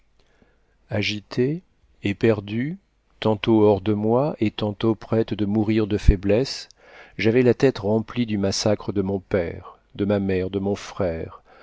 agitée éperdue tantôt hors de moi-même et tantôt prête de mourir de faiblesse j'avais la tête remplie du massacre de mon père de ma mère de mon frère